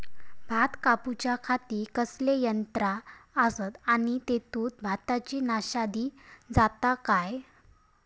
भात कापूच्या खाती कसले यांत्रा आसत आणि तेतुत भाताची नाशादी जाता काय?